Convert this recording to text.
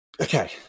Okay